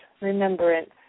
remembrance